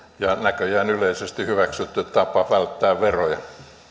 ja näköjään yleisesti hyväksytty tapa välttää veroja